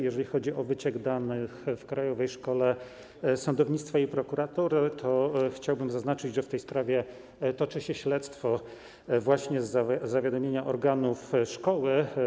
Jeżeli chodzi o wyciek danych w Krajowej Szkole Sądownictwa i Prokuratury, to chciałbym zaznaczyć, że w tej sprawie toczy się śledztwo właśnie z zawiadomienia organów szkoły.